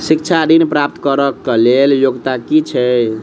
शिक्षा ऋण प्राप्त करऽ कऽ लेल योग्यता की छई?